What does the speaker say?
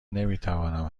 نمیتوانم